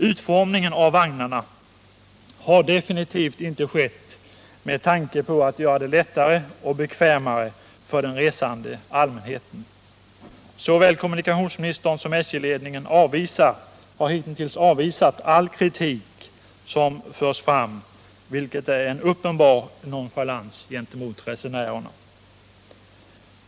Utformningen av vagnarna har definitivt inte skett med tanke på att göra det lättare och bekvämare för den resande allmänheten. Såväl kommunikationsministern som SJ-ledningen har hittills avvisat all kritik som förts fram, vilket är en uppenbar nonchalans gentemot resenärerna.